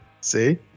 see